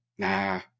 nah